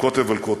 מקוטב אל קוטב.